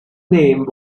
name